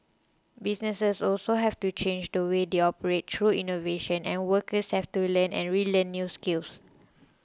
businesses also have to change the way they operate through innovation and workers have to learn and relearn new skills